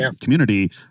community